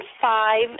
five